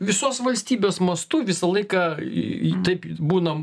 visos valstybės mastu visą laiką taip būnam